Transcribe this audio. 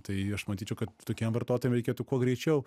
tai aš manyčiau kad tokiem vartotojam reikėtų kuo greičiau